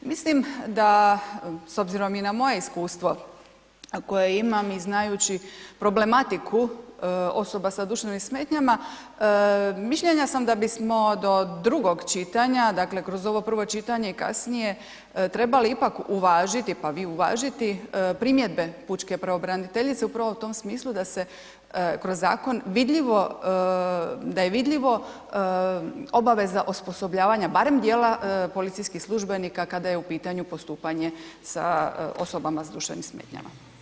Mislim da, s obzirom i na moje iskustvo koje imam i znajući problematiku osoba sa duševnim smetnjama, mišljenja sam da bismo do drugog čitanja, dakle kroz ovo prvo čitanje i kasnije trebali ipak uvažiti, pa vi uvažiti primjedbe Pučke pravobraniteljice upravo u tom smislu da se kroz zakon vidljivo, da je vidljivo obaveza osposobljavanja barem dijela policijskih službenika kada je u pitanju postupanje osobama s duševnim smetnjama.